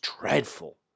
dreadful